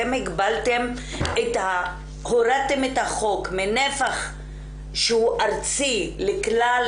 אתם הורדתם את החוק מנפח ארצי לכלל